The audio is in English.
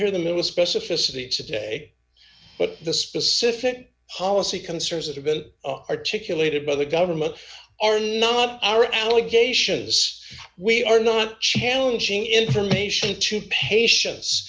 hear them in the specificity today but the specific policy concerns that have been d articulated by the government are not our allegation is we are not challenging information to patien